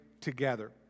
together